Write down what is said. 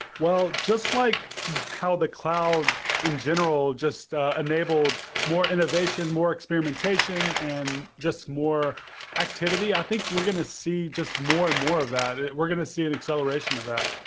well, just like how the cloud in general just ah enabled more innovation, more experimentation and just more activity, i think we're going to see just more and more of that. we're going to see an acceleration of that.